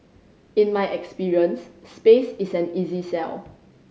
in my experience space is an easy sell